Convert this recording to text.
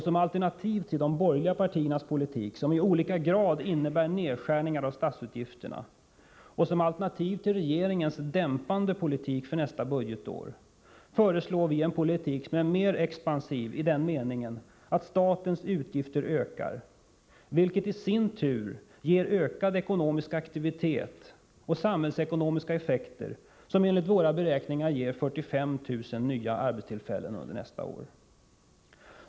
Som alternativ till de borgerliga partiernas politik, som i olika grad innebär nedskärningar av statsutgifterna, och som alternativ till regeringens dämpande politik för nästa budgetår föreslår vi en politik som är mer expansiv i den meningen att statens utgifter ökar, vilket i sin tur ger ökad ekonomisk aktivitet och samhällsekonomiska effekter som enligt våra beräkningar ger 45 000 nya arbetstillfällen under nästa år.